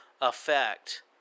effect